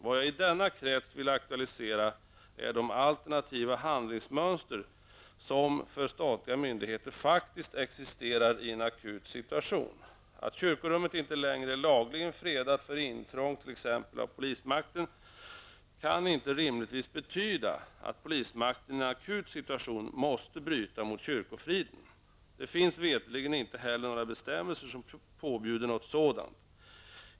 Vad jag i denna krets vill aktualisera är de alternativa handlingsmönster, som för statliga myndigheter faktiskt existerar i en akut situation. Att kyrkorummet inte längre är lagligen fredat för intrång t.ex. av polismakten, kan inte rimligtvis betyda, att polismakten i en akut situation måste bryta mot kyrkofriden. Det finns veterligen inte heller några bestämmelser, som påbjuder något sådant.